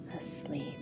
asleep